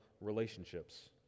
relationships